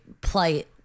plight